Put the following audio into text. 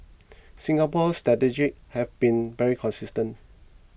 Singapore's strategy have been very consistent